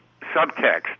subtext